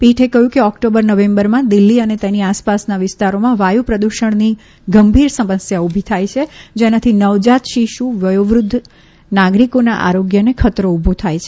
પીઠે કહ્યું કે ઓક્ટોબર નવેમ્બરમાં દિલ્ફી અને તેની આસપાસના વિસ્તારોમાં વાયુ પ્રદૂષણની ગંભીર સમસ્યા ઉભી થાય છે જેનાથી નવજાત શિશુ વયોવૃદ્ધ નાગરિકોના આરોગ્યને ખતરો ઉભો થાય છે